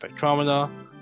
spectrometer